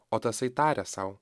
o tasai taria sau